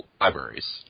libraries